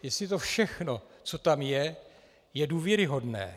Jestli to všechno, co tam je, je důvěryhodné.